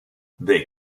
they